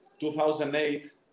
2008